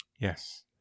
Yes